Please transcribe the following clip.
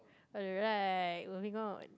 oh right moving on